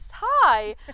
hi